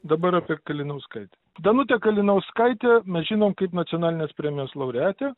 dabar per kalinauskaitę danutę kalinauskaitę mes žinom kaip nacionalinės premijos laureatę